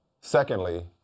Secondly